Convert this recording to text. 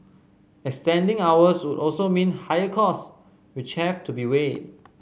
extending hours would also mean higher cost which have to be weighed